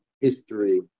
history